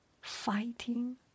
fighting